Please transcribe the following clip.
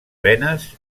venes